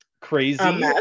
crazy